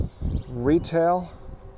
retail